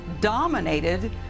dominated